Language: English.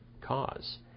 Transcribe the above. cause